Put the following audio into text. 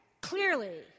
clearly